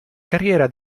carriera